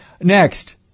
Next